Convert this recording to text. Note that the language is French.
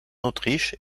autriche